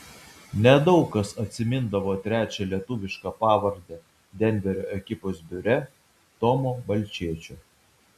nedaug kas atsimindavo trečią lietuvišką pavardę denverio ekipos biure tomo balčėčio